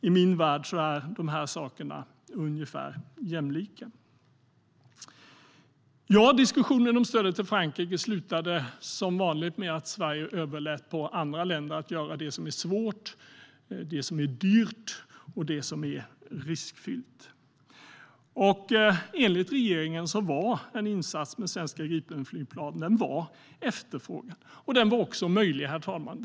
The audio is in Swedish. I min värld är dessa saker ungefär jämlika. Diskussionen om stödet till Frankrike slutade som vanligt med att Sverige överlät på andra länder att göra det som är svårt, det som är dyrt och det som är riskfyllt. Enligt regeringen var en insats med svenska Gripenflygplan efterfrågad. Den var också möjlig, herr talman.